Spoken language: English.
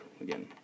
again